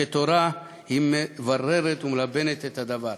וכתורה היא מבררת ומלבנת את הדברים".